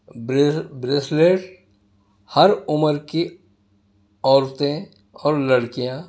brace bracelet ہر عمر کی عورتیں اور لڑکیاں